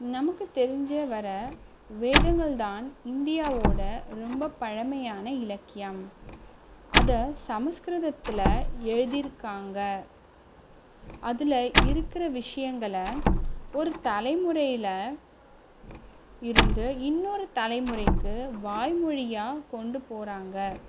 நமக்கு தெரிஞ்ச வர வேதங்கள் தான் இந்தியாவோட ரொம்ப பழமையான இலக்கியம் அதை சமஸ்கிருதத்தில் எழுதியிருக்காங்க அதில் இருக்கிற விஷயங்கள ஒரு தலைமுறையில் இருந்து இன்னொரு தலைமுறைக்கு வாய்மொழியாக கொண்டுப் போகிறாங்க